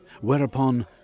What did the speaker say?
Whereupon